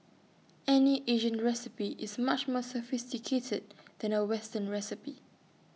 any Asian recipe is much more sophisticated than A western recipe